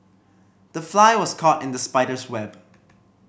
the fly was caught in the spider's web